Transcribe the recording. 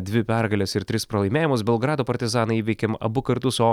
dvi pergales ir tris pralaimėjimus belgrado partizaną įveikėm abu kartus o